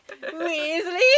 Weasley